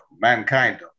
mankind